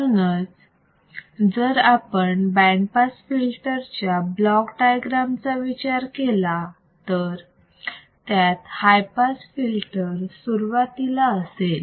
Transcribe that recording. म्हणून जर आपण बँड पास फिल्टर च्या ब्लॉक डायग्राम चा विचार केला तर त्यात हाय पास फिल्टर सुरुवातीला असेल